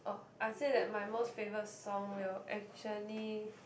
oh I'll say that my most favourite song will actually